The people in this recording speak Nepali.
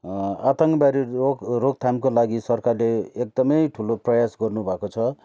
आतङ्कवादी रोक रोकथामको लागि सरकारले एकदमै ठुलो प्रयास गर्नुभएको छ